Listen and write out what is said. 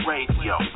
Radio